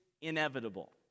inevitable